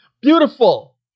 Beautiful